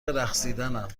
رقصیدنم